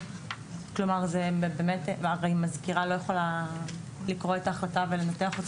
הרי מזכירה לא יכולה לקרוא את ההחלטה ולנתח אותה,